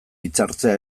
hitzartzea